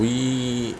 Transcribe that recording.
we